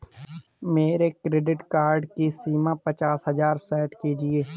मेरे credit card की सीमा पचास हजार सेट कीजिए